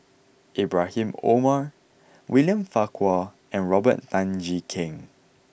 Ibrahim Omar William Farquhar and Robert Tan Jee Keng